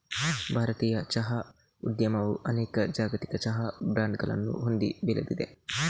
ಭಾರತೀಯ ಚಹಾ ಉದ್ಯಮವು ಅನೇಕ ಜಾಗತಿಕ ಚಹಾ ಬ್ರಾಂಡುಗಳನ್ನು ಹೊಂದಿ ಬೆಳೆದಿದೆ